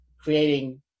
creating